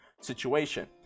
situation